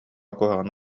куһаҕаны